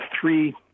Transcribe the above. three